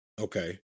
Okay